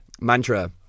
Mantra